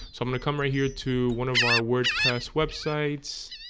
so i'm gonna come right here to one of our wordpress websites